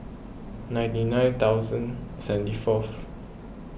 ninety nine thousand seventy fourth